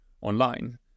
online